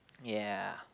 ya